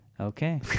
Okay